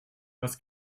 was